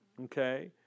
Okay